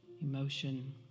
emotion